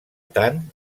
tant